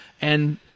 and-